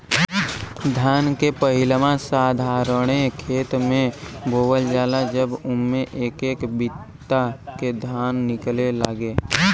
धान के पहिलवा साधारणे खेत मे बोअल जाला जब उम्मे एक एक बित्ता के धान निकले लागे